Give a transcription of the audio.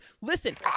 Listen